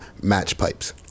matchpipes